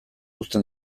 uzten